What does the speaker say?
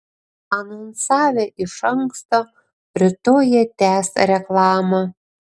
anonsavę iš anksto rytoj jie tęs reklamą